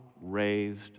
raised